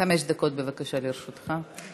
חמש דקות, בבקשה, לרשותך.